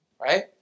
right